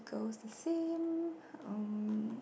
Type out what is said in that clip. goes the same um